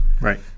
Right